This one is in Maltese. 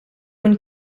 minn